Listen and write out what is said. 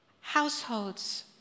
households